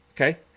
okay